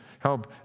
help